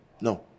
No